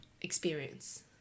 experience